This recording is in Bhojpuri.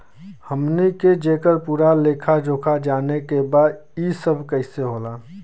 हमनी के जेकर पूरा लेखा जोखा जाने के बा की ई सब कैसे होला?